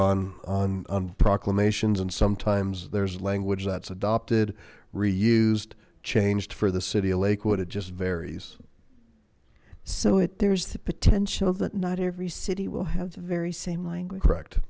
work on on proclamations and sometimes there's language that's adopted reused changed for the city of lakewood it just varies so it there's the potential that not every city will have the very same language